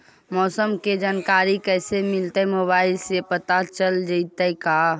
मौसम के जानकारी कैसे मिलतै मोबाईल से पता चल जितै का?